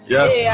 Yes